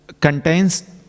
contains